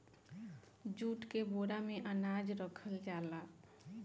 jute के बोरा में अनाज रखल जाला